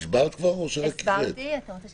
של